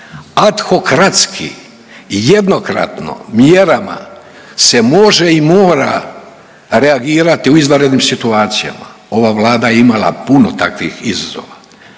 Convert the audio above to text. Adhokratski jednokratno mjerama se može i mora reagirati u izvanrednim situacijama. Ova Vlada je imala puno takvih izazova,